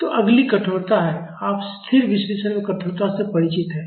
Fma तो अगली कठोरता है आप स्थिर विश्लेषण में कठोरता से परिचित हैं